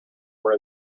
were